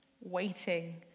waiting